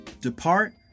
depart